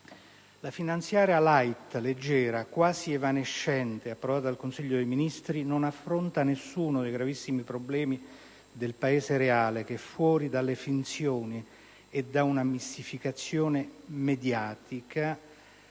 la finanziaria *light*, leggera, quasi evanescente approvata dal Consiglio dei ministri, non affronta nessuno dei gravissimi problemi del Paese reale, che restano fuori dalle finzioni e da una mistificazione mediatica,